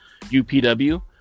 UPW